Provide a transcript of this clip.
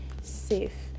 safe